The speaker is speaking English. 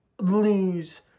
lose